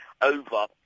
over